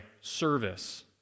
service